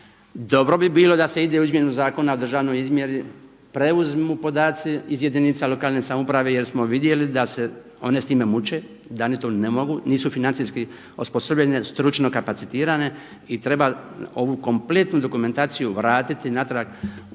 Dobro bi bilo da se ide u izmjenu Zakona o državnoj izmjeri, preuzmu podaci iz jedinica lokalne samouprave jer smo vidjeli da se one s time muče, da one to ne mogu, nisu financijski osposobljene, jer stručno kapacitirane i treba ovu kompletnu dokumentaciju vratiti natrag u